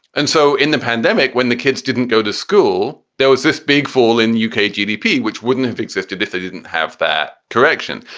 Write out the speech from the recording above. and so in the pandemic, when the kids didn't go to school, there was this big fall in the uk ah gdp, which wouldn't have existed if they didn't have that correction.